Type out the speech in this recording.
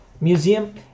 museum